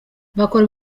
bakora